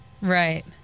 Right